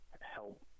help